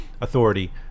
authority